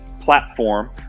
platform